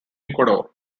ecuador